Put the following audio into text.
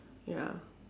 ya